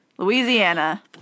Louisiana